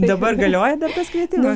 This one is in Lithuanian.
dabar galioja dar tas kvietimas